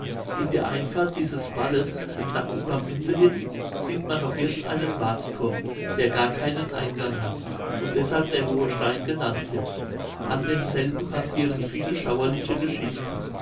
in der einfahrt dieses walles nach uekermünde hin sieht man noch jetzt einen wartthurm der gar keinen eingang hat und deshalb der hohe stein genannt wird an demselben passiren viele schauerliche geschichten